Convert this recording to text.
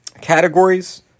categories